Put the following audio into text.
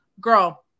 Girl